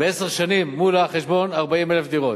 בעשר שנים, מולה, החשבון 40,000 דירות,